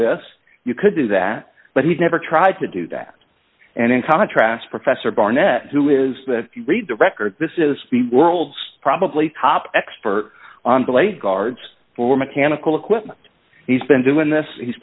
this you could do that but he's never tried to do that and in contrast professor barnett who is if you read the record this is the world's probably top expert on the lay guards for mechanical equipment he's been doing this he's